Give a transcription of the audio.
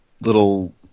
little